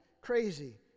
crazy